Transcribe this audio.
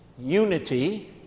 unity